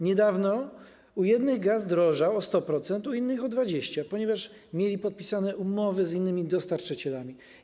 Niedawno u jednych gaz zdrożał o 100%, u innych - o 20%, ponieważ mieli podpisane umowy z innymi dostarczycielami.